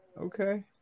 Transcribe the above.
Okay